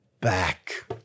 back